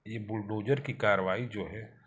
यह बुलडोजर की कार्यवाही जो है